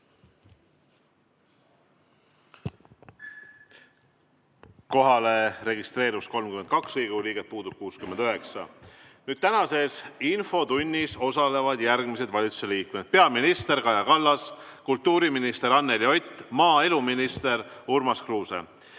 Kohale registreerus 32 Riigikogu liiget, puudub 69. Tänases infotunnis osalevad järgmised valitsuse liikmed: peaminister Kaja Kallas, kultuuriminister Anneli Ott ja maaeluminister Urmas Kruuse.